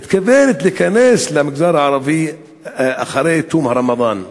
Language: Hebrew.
היא מתכוונת להיכנס למגזר הערבי אחרי תום הרמדאן.